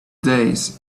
days